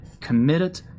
committed